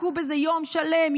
עסקו בזה יום שלם,